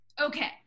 Okay